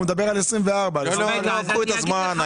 הוא מדבר על 24'. קחו את הזמן,